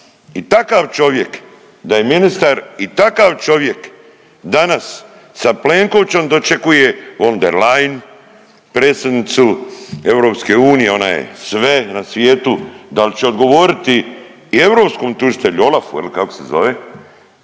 I takav čovjek da je ministar i takav čovjek danas sa Plenkovićem dočekuje von der Leyen predsjednicu EU, ona je sve na svijetu. Dal će odgovoriti i europskom tužitelju OLAF-u je li kako se zove